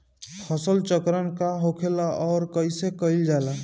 फसल चक्रण का होखेला और कईसे कईल जाला?